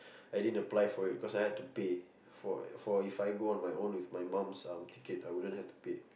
I didn't apply for it because I would have to pay for If I go on my own with my mom's ticket I wouldn't have to pay